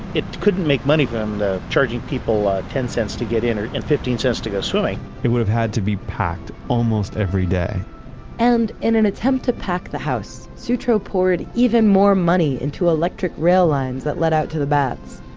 it couldn't make money from charging people ten cents to get in and or and fifteen cents to go swimming it would have had to be packed almost everyday and in an attempt to pack the house, sutro poured even more money into electric rail lines that led out to the baths.